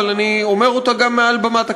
אבל אני אומר אותה גם מעל במת הכנסת: